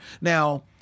Now